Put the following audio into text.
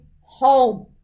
home